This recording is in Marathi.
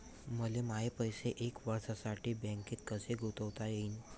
मले माये पैसे एक वर्षासाठी बँकेत कसे गुंतवता येईन?